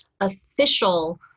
official